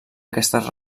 aquestes